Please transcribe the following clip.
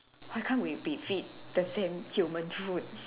why can't we be feed the same human food